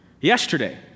yesterday